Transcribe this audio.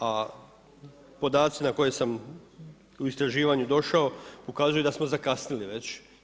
A podaci na koje sam u istraživanju došao ukazuju da smo zakasnili već.